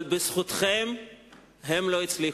אבל בזכותכם הם לא הצליחו.